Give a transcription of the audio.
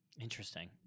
Interesting